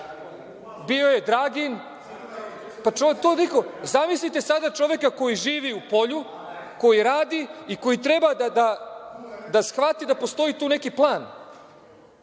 bio je Dragin. Zamislite sada čoveka koji živi u polju, koji radi i koji treba da shvati da postoji tu neki plan,